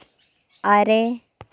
ᱟᱨᱮ